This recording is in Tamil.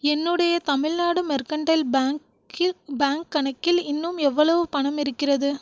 என்னுடைய தமிழ்நாடு மெர்கன்டைல் பேங்க்கில் பேங்க் கணக்கில் இன்னும் எவ்வளவு பணம் இருக்கிறது